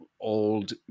old